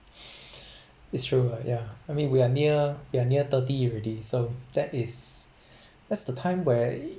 it's true ya I mean we are near we're near thirty already so that is that's the time where